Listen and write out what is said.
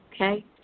okay